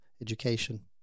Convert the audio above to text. education